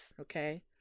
okay